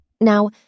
Now